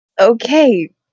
Okay